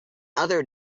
other